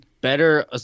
better